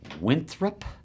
Winthrop